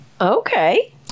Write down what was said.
Okay